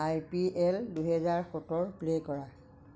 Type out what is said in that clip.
আই P L দুহেজাৰ সোতৰ play কৰা